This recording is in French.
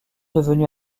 devenu